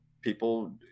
people